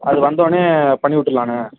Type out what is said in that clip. அது வந்தோன்னே பண்ணி விட்டுருலாண்ண